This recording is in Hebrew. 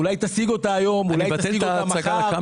אולי היא תשיג אותה היום ואולי היא תשיג אותה מחר.